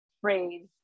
phrase